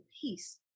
peace